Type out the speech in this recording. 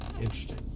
interesting